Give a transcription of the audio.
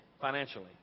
financially